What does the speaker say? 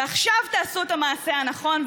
ועכשיו תעשו את המעשה הנכון,